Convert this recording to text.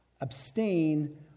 Abstain